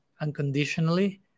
unconditionally